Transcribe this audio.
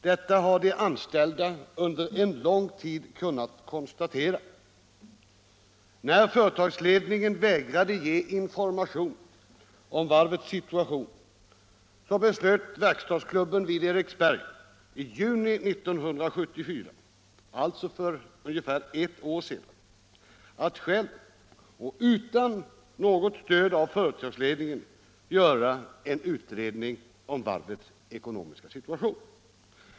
Detta har de anställda under en lång tid kunnat konstatera. När företagsledningen vägrade ge information om varvets situation, beslöt verk stadsklubben vid Eriksberg i juni 1974, alltså för ungefär ett år sedan, att själv och utan något stöd av företagsledningen göra en utredning om varvets ekonomiska läge.